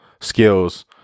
skills